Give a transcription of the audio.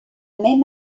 même